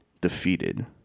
defeated